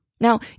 Now